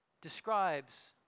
describes